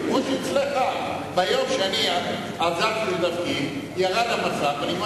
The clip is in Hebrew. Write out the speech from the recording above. כמו שאצלך, ביום שאני עזבתי לדרכי, ירד המסך ונגמר